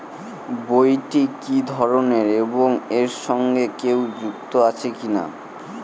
বইটি কি ধরনের এবং এর সঙ্গে কেউ যুক্ত আছে কিনা?